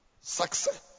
Success